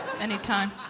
Anytime